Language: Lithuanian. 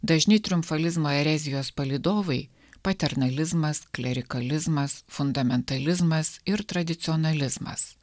dažni triumfalizmo erezijos palydovai paternalizmas klerikalizmas fundamentalizmas ir tradicionalizmas